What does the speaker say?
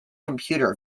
computer